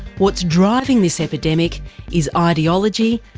what's driving this epidemic is ideology,